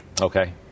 Okay